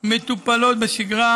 מטופלות בשגרה,